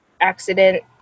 accident